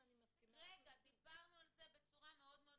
אני מסכימה --- דיברנו על זה בצורה מאוד ממוקדת.